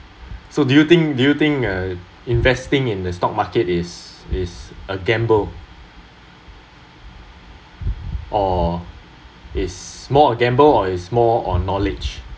so do you think do you think uh investing in the stock market is is a gamble or is more a gamble or is more on knowledge